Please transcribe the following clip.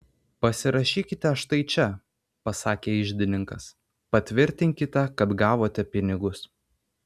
pasirašykite štai čia pasakė iždininkas patvirtinkite kad gavote pinigus